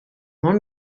molt